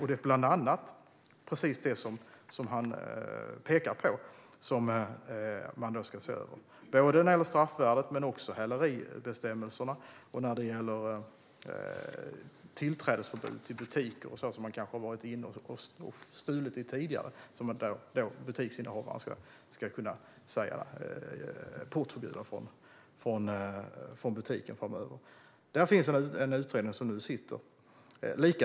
Man ska bland annat se över det som Mikael Oscarsson pekar på om straffvärdet och häleribestämmelserna. Det kan även gälla tillträdesförbud till butiker. Någon har kanske varit inne och stulit där tidigare, och då ska butiksinnehavaren kunna portförbjuda personer från butiken framöver. Här finns som sagt en utredning tillsatt.